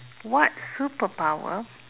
what superpower